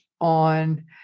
on